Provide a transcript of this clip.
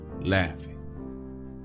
laughing